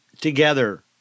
together